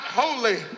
holy